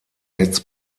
netz